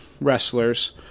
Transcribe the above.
wrestlers